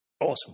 Awesome